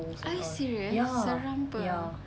are you serious seram [pe]